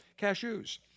cashews